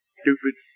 stupid